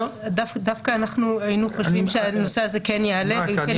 דווקא אנחנו היינו חושבים שהנושא הזה כן יעלה וכן יתעורר.